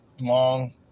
long